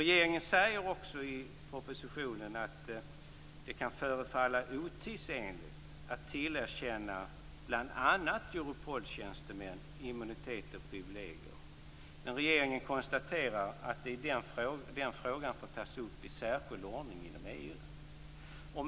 Regeringen säger i propositionen att det kan förefalla otidsenligt att tillerkänna bl.a. Europoltjänstemän immunitet och privilegier. Regeringen konstaterar också att den frågan får tas upp i särskild ordning inom EU.